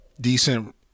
decent